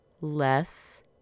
less